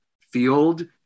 field